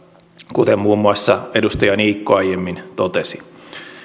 kuten muun muassa edustaja niikko aiemmin totesi